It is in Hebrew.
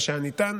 מה שהיה ניתן,